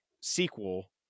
sequel